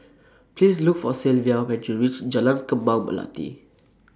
Please Look For Sylvia when YOU REACH Jalan Kembang Melati